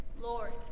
Lord